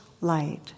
light